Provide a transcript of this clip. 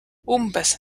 umbes